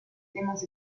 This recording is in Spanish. temas